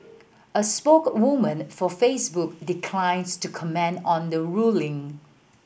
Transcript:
a spoke woman for Facebook declines to comment on the ruling